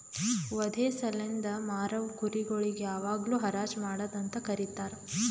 ವಧೆ ಸಲೆಂದ್ ಮಾರವು ಕುರಿ ಗೊಳಿಗ್ ಯಾವಾಗ್ಲೂ ಹರಾಜ್ ಮಾಡದ್ ಅಂತ ಕರೀತಾರ